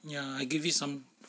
ya I give it some